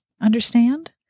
Understand